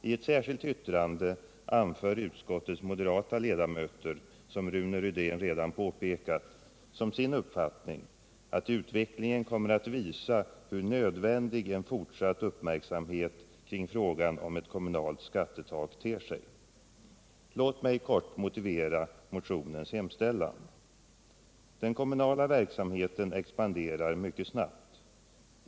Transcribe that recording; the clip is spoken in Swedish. I ett särskilt yttrande anför utskottets moderata ledamöter —- som Rune Rydén redan påpekat — såsom sin uppfattning att utvecklingen kommer att visa hur nödvändig en fortsatt uppmärksamhet kring frågan om ett kommunalt skattetak ter sig. Låt mig kort motivera motionens hemställan. Den kommunala verksamheten expanderar mycket snabbt.